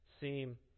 seem